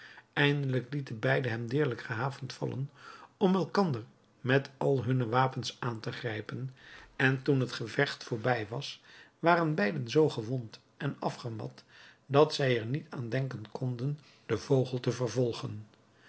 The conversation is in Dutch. eindelijk lieten beiden hem deerlijk gehavend vallen om elkander met al hunne wapens aan te grijpen en toen het gevecht voorbij was waren beiden zoo gewond en afgemat dat zij er niet aan denken konden den vogel te vervolgen